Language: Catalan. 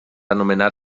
anomenar